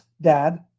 dad